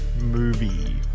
movie